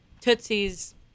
Tootsie's